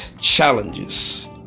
challenges